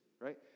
right